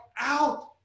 out